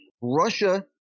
Russia